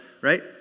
right